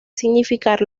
significar